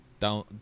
down